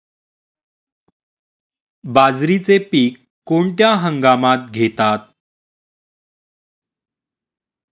बाजरीचे पीक कोणत्या हंगामात घेतात?